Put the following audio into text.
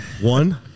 One